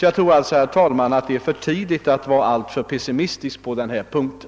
Jag tror fördenskull, herr talman, att det är för tidigt att vara pessimistisk på denna punkt.